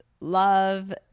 love